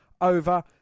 over